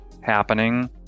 happening